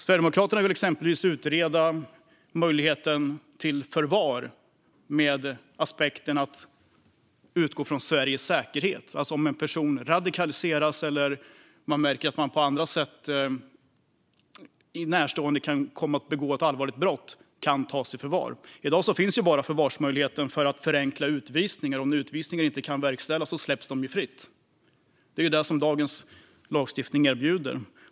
Sverigedemokraterna vill exempelvis utreda möjligheten till förvar utifrån aspekten Sveriges säkerhet. Om en person radikaliseras eller närstående på andra sätt märker att personen kan komma att begå ett allvarligt brott ska den tas i förvar. I dag finns förvarsmöjligheten endast för att förenkla utvisning, men om utvisning inte kan verkställas släpps personerna fria. Det är vad dagens lagstiftning erbjuder.